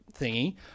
thingy